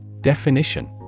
Definition